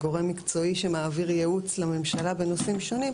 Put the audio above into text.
כגורם מקצועי שמעביר ייעוץ לממשלה בנושאים שונים,